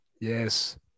Yes